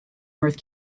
north